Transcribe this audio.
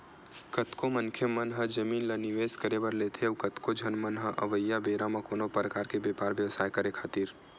कतको मनखे मन ह जमीन ल निवेस करे बर लेथे अउ कतको झन मन ह अवइया बेरा म कोनो परकार के बेपार बेवसाय करे खातिर